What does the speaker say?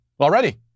already